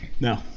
No